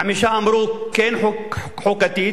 חמישה אמרו: כן חוקתית,